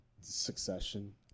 succession